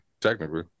technically